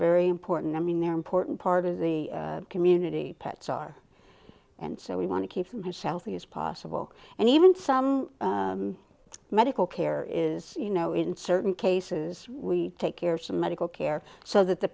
very important i mean they're important part of the community pets are and so we want to keep them southie as possible and even some medical care is you know in certain cases we take care of some medical care so that the